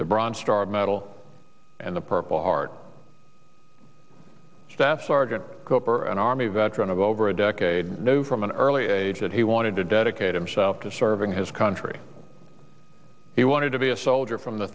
the bronze star medal and the purple heart staff sergeant an army veteran of over a decade knew from an early age that he wanted to dedicate himself to serving his country he wanted to be a soldier from the